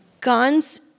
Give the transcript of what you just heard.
guns